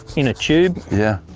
in a tube. yeah.